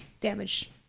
damage